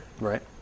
Right